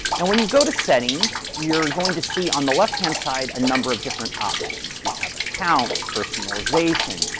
and when you go to settings, you're going to see on the left hand side a number of different options. we have account, personalization,